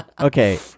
Okay